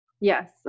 Yes